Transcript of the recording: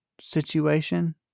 situation